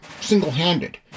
single-handed